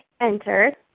enter